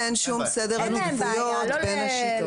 סדר עדיפויות בין השיטות.